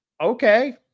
okay